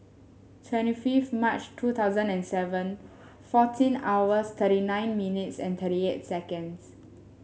twenty fifth March two thousand and seven fourteen hours thirty nine minutes and thirty eight seconds